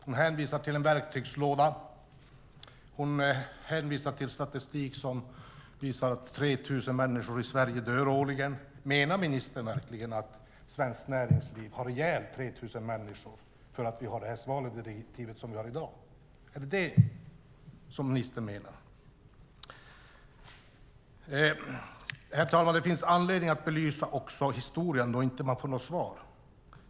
Hon hänvisar till en verktygslåda och hon hänvisar till statistik som visar att 3 000 människor i Sverige dör årligen. Menar ministern verkligen att svenskt näringsliv har ihjäl 3 000 människor därför att vi har det svaveldirektiv som vi har i dag? Herr talman! Det finns anledning att belysa historien, då man inte får något svar.